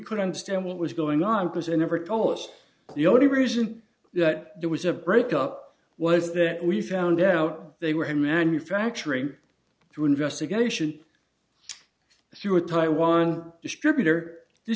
could understand what was going on because in every polish the only reason that there was a break up was that we found out they were in manufacturing through investigation through a taiwan distributor